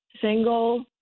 single